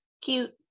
Cute